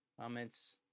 comments